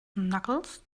knuckles